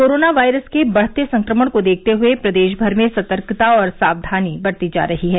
corona virus के बढ़ते संक्रमण को देखते हुए प्रदेश भर में सर्तकता और सावधानी बरती जा रही है